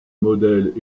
modèles